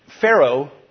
Pharaoh